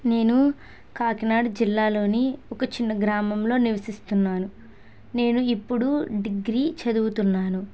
నేను కాకినాడ జిల్లాలోని ఒక చిన్న గ్రామంలో నివసిస్తున్నాను నేను ఇప్పుడు డిగ్రీ చదువుతున్నాను